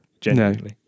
genuinely